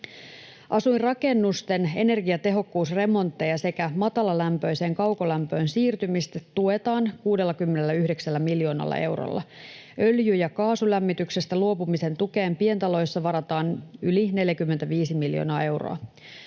Asuinrakennusten energiatehokkuusremontteja sekä matalalämpöiseen kaukolämpöön siirtymistä tuetaan 69 miljoonalla eurolla. Öljy- ja kaasulämmityksestä luopumisen tukeen pientaloissa varataan yli 45 miljoonaa euroa.